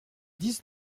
dix